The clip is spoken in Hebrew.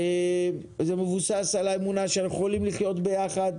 זה מבוסס על האמונה שאנחנו יכולים לחיות ביחד,